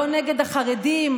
לא נגד החרדים,